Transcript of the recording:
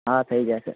હા થઈ જશે